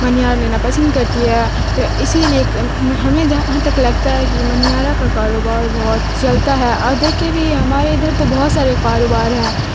منیہار لینا پسند کرتی ہے تو اسی لیے کہ ہمیں جہاں تک لگتا ہے کہ منیہارا کا کاروبار بہت چلتا ہے اور دیکھے بھی ہمارے ادھر تو بہت سارے کاروبار ہیں